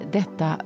detta